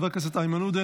חבר הכנסת איימן עודה,